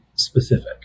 specific